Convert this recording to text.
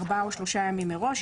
ארבעה או שלושה ימים מראש.